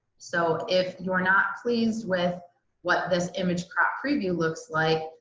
so if you are not pleased with what this image crop preview looks like,